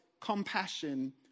compassion